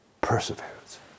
Perseverance